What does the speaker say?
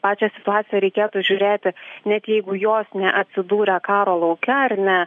pačią situaciją reikėtų žiūrėti net jeigu jos neatsidūrė karo lauke ar ne